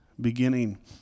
beginning